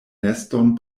neston